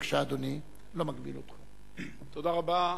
תודה רבה.